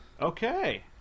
Okay